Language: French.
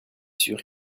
sûr